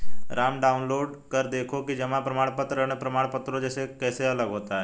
Ram download कर देखो कि जमा प्रमाण पत्र अन्य प्रमाण पत्रों से कैसे अलग होता है?